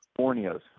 Borneos